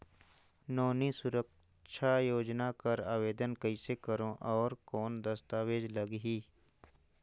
नोनी सुरक्षा योजना कर आवेदन कइसे करो? और कौन दस्तावेज लगही?